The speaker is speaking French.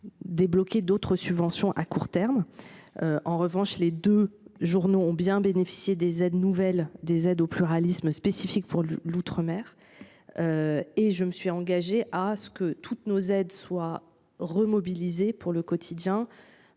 débloquer d’autres subventions à court terme. En revanche, les deux journaux ont bien bénéficié des aides nouvelles, relatives au pluralisme et spécifiques aux outre mer. Je me suis engagée à ce que toutes soient remobilisées pour dès que